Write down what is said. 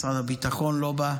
משרד הביטחון לא בא,